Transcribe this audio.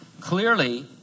Clearly